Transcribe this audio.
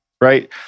right